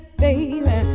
baby